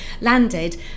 landed